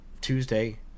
Tuesday